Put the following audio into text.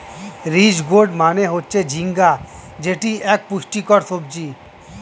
ridge gourd মানে হচ্ছে ঝিঙ্গা যেটি এক পুষ্টিকর সবজি